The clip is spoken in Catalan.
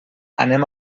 anem